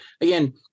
again